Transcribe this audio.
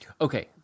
Okay